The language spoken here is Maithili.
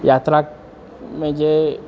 यात्रामे जे